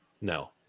No